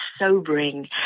sobering